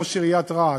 ראש עיריית רהט,